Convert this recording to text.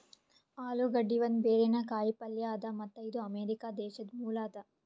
ಆಲೂಗಡ್ಡಿ ಒಂದ್ ಬೇರಿನ ಕಾಯಿ ಪಲ್ಯ ಅದಾ ಮತ್ತ್ ಇದು ಅಮೆರಿಕಾ ದೇಶದ್ ಮೂಲ ಅದಾ